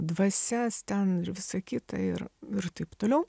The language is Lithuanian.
dvasias ten ir visa kita ir ir taip toliau